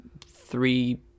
three